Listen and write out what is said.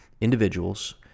individuals